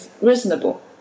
reasonable